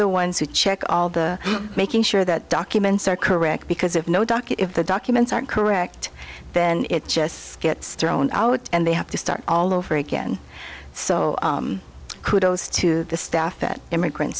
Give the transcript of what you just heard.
the ones who check all the making sure that documents are correct because if no doc if the documents are correct then it just gets thrown out and they have to start all over again so kudos to the staff at immigrant